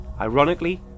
ironically